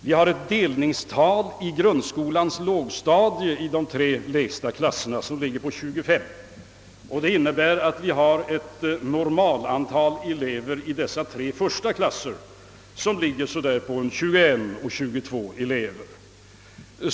Vi har för de tre lägsta klasserna på grundskolans lågstadium ett delningstal på 25, vilket innebär att vi :i dessa tre lägsta klasser har ett normalantal av 21—22 elever.